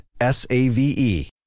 S-A-V-E